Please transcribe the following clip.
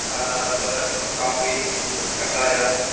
तदर्थं काफ़ि कषायं